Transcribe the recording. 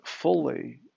fully